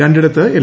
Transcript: രണ്ടിടത്ത് എൽ